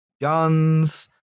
guns